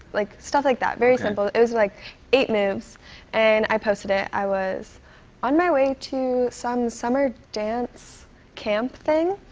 like stuff like that, very simple. it was like eight moves and i posted it. i was on my way to some summer dance camp thing.